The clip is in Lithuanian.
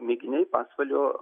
mėginiai pasvalio